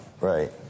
Right